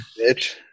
bitch